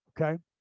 okay